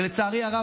ולצערי הרב,